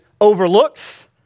overlooks